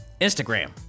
instagram